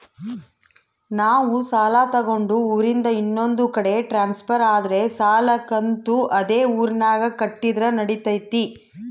ನಾವು ಸಾಲ ತಗೊಂಡು ಊರಿಂದ ಇನ್ನೊಂದು ಕಡೆ ಟ್ರಾನ್ಸ್ಫರ್ ಆದರೆ ಸಾಲ ಕಂತು ಅದೇ ಊರಿನಾಗ ಕಟ್ಟಿದ್ರ ನಡಿತೈತಿ?